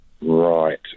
Right